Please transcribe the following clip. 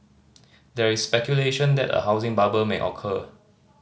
there is speculation that a housing bubble may occur